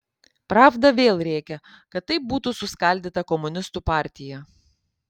pravda vėl rėkia kad taip būtų suskaldyta komunistų partija